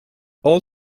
all